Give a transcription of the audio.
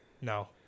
No